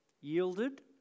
Yielded